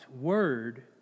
Word